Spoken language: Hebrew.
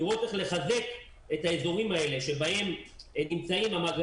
לראות איך לחזק את האזורים האלה בהם נמצאים מהגרי